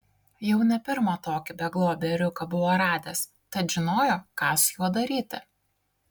jau ne pirmą tokį beglobį ėriuką buvo radęs tad žinojo ką su juo daryti